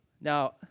Now